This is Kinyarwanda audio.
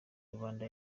rubanda